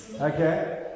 Okay